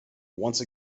once